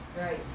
Right